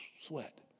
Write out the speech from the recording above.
sweat